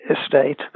estate